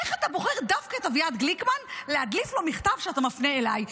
איך אתה בוחר דווקא את אביעד גליקמן להדליף לו מכתב שאתה מפנה אליי?